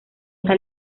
está